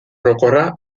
orokorra